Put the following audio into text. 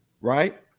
right